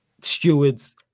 stewards